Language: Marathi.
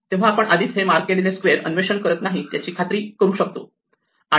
तेव्हा आपण आधीच हे मार्क केलेले स्क्वेअर अन्वेषण करत नाही याची कशी खात्री करू शकतो